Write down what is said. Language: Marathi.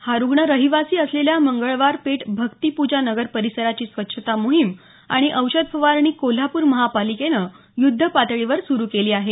हा रुग्ण रहिवासी असलेल्या मंगळवार पेठ भक्ती पूजा नगर परिसराची स्वच्छता मोहीम आणि औषध फवारणी कोल्हापूर महापालिकेने युद्धपातळीवर सुरू केली आहे